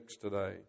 today